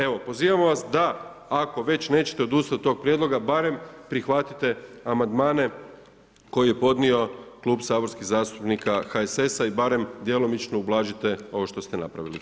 Evo pozivamo vas da ako već nećete odustat od tog prijedloga barem prihvatite amandmane koje je podnio Klub saborskih zastupnika HSS-a i barem djelomično ublažite ovo što ste napravili.